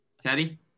Teddy